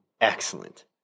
excellent